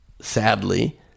sadly